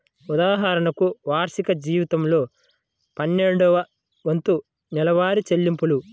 ఉదాహరణకు, వార్షిక జీతంలో పన్నెండవ వంతు నెలవారీ చెల్లింపులు